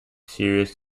serious